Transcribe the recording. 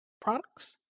products